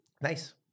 nice